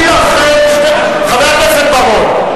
חבר הכנסת בר-און,